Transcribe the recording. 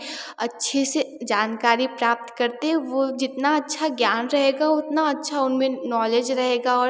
अच्छे से जनकारी प्राप्त करते हैं वह जितना अच्छा ज्ञान रहेगा उतना अच्छा उनमें नॉलेज रहेगा और